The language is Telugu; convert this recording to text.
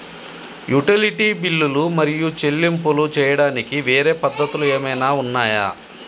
యుటిలిటీ బిల్లులు మరియు చెల్లింపులు చేయడానికి వేరే పద్ధతులు ఏమైనా ఉన్నాయా?